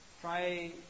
Try